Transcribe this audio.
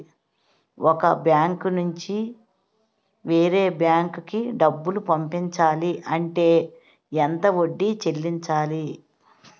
ఒక బ్యాంక్ నుంచి వేరే బ్యాంక్ కి డబ్బులు పంపించాలి అంటే ఎంత వడ్డీ చెల్లించాలి?